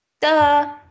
Duh